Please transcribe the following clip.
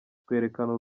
twerekana